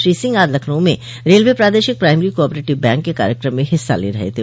श्री सिंह आज लखनऊ में रेलवे प्रादेशिक प्राइमरी कोआपरेटिव बैंक के कार्यक्रम में हिस्सा ले रहे थे